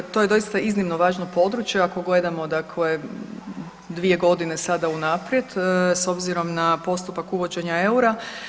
To je doista iznimno važno područje ako gledamo dvije godine sada unaprijed s obzirom na postupak uvođenja eura.